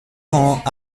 quant